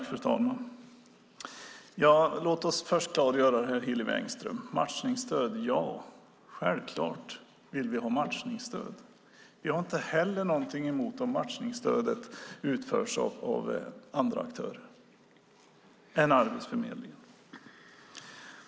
Fru talman! Låt oss först klargöra att vi självklart vill ha matchningsstöd. Vi har inte heller något emot om matchningsstödet utförs av andra aktörer än Arbetsförmedlingen.